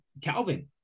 Calvin